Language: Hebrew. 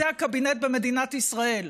זה הקבינט במדינת ישראל.